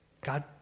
God